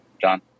John